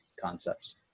concepts